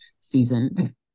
season